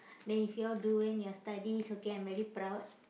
then if you all do well in your studies okay I'm very proud